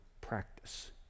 practice